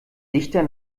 dichter